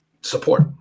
support